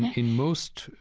in most,